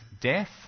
death